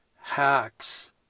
hacks